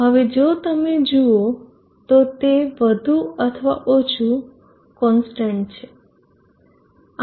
હવે જો તમે જુઓ તો તે વધુ અથવા ઓછું કોન્સ્ટન્ટ છે